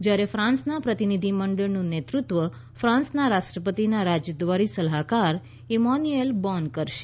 જ્યારે ફ્રાંસના પ્રતિનિધિ મંડળનું નેતૃત્વ ફ્રાંસના રાષ્ટ્રપતિના રાજદ્વારી સલાહકાર ઇમાન્યૂએલ બોન કરશે